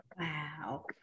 Wow